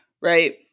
Right